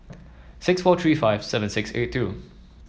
six four three five seven six eight two